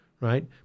right